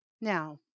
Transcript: Now